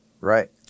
Right